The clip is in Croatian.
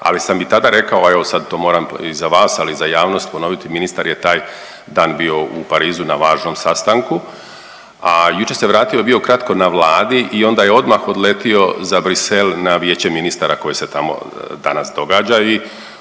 ali sam i tada rekao, a evo sad to moram i za vas, ali i za javnost ponoviti, ministar je taj dan bio u Parizu na važnom sastanku, a jučer se vratio i bio kratko na Vladi i onda je odmah odletio za Brisel na Vijeće ministara koje se tamo danas događa